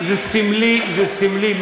זה סמלי, זה סמלי.